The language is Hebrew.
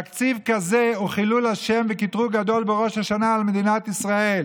תקציב כזה הוא חילול השם וקטרוג גדול בראש השנה על מדינת ישראל.